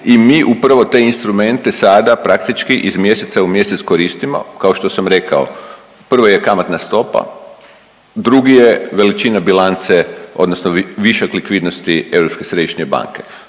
i mi upravo te instrumente sada praktički iz mjeseca u mjesec koristimo. Kao što sam rekao prvo je kamatna stopa, drugi je veličina bilance odnosno višak likvidnosti Europske središnje banke.